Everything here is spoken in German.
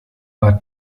war